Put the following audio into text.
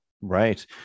right